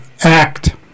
Act